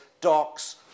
docks